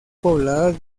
pobladas